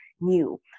new